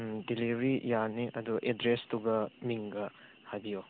ꯎꯝ delivery ꯌꯥꯅꯤ ꯑꯗꯨ ꯑꯦꯗ꯭ꯔꯦꯁꯇꯨꯒ ꯃꯤꯡꯒ ꯍꯥꯏꯕꯤꯌꯣ